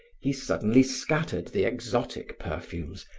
he suddenly scattered the exotic perfumes,